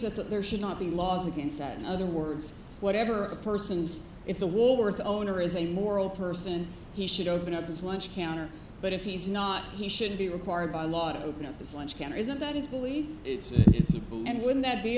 that there should not be laws against other words whatever a person's if the war were the owner is a moral person he should open up his lunch counter but if he's not he should be required by law to open up his lunch counter isn't that his belief and when that be